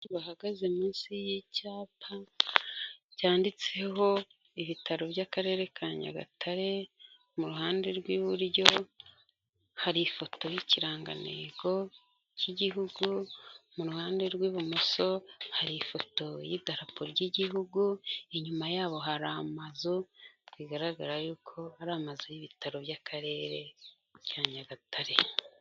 Bahagaze munsi y'icyapa cyanditseho ibitaro by'Akarere ka Nyagatare . Mu ruhande rw'iburyo hari ifoto y'ikirangantego k'Igihugu. Mu ruhande rw'ibumoso hari ifoto y'itarapo ry'Igihugu. Inyuma yabo hari amazu bigaragara ari amazu y'ibitaro by'Akarere ka Nyagatare.